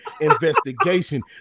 investigation